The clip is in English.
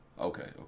Okay